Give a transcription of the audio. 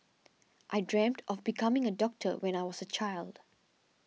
I dreamt of becoming a doctor when I was a child